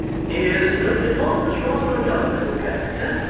he is looked upon as rather a doubtful character